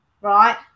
right